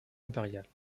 impériales